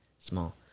small